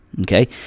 Okay